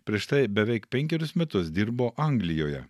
prieš tai beveik penkerius metus dirbo anglijoje